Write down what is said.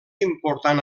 important